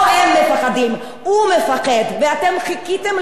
ואתם חיכיתם לזמן שאפשר לעשות את הג'יהאד הזה,